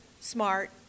smart